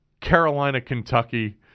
Carolina-Kentucky –